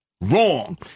wrong